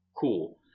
cool